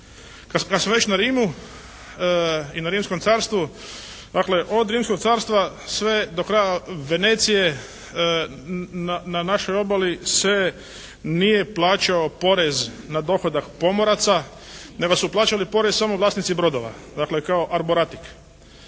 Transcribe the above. Kad smo već na Rimu i na Rimskom Carstvu, dakle od Rimskog Carstva sve do kraja Venecije na našoj obali se nije plaćao porez na dohodak pomoraca, nego su plaćali porez samo vlasnici brodova, dakle kao arboratik.